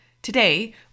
Today